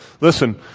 Listen